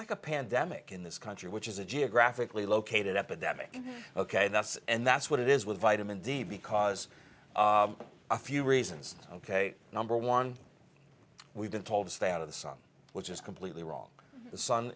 like a pandemic in this country which is a geographically located epidemic ok that's and that's what it is with vitamin d because a few reasons ok number one we've been told to stay out of the sun which is completely wrong the sun